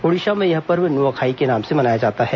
ओडिशा में यह पर्व नुआ खाई के नाम से मनाया जाता है